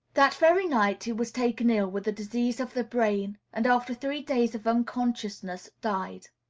that very night he was taken ill with a disease of the brain, and, after three days of unconsciousness, died.